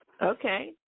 okay